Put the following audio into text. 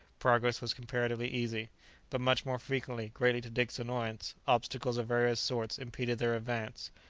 progress was comparatively easy but much more frequently, greatly to dick's annoyance, obstacles of various sorts impeded their advance.